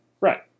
Right